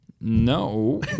No